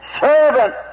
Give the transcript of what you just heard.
servant